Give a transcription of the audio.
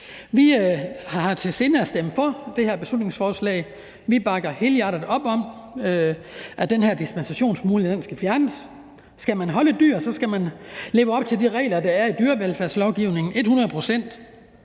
Vi har i sinde at stemme for det her beslutningsforslag. Vi bakker helhjertet op om, at den her dispensationsmulighed skal fjernes. Skal man holde dyr, skal man leve op til de regler, der er i dyrevelfærdslovgivningen,